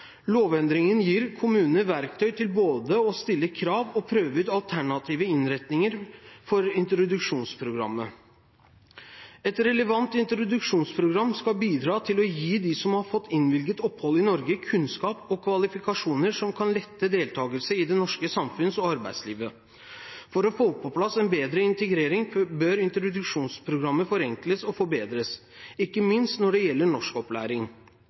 gir kommunene verktøy til både å stille krav og å prøve ut alternative innretninger for introduksjonsprogrammet. Et relevant introduksjonsprogram skal bidra til å gi dem som har fått innvilget opphold i Norge, kunnskap og kvalifikasjoner som kan lette deltakelse i det norske samfunns- og arbeidslivet. For å få på plass en bedre integrering bør introduksjonsprogrammet forenkles og forbedres, ikke minst når det gjelder norskopplæring.